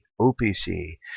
OPC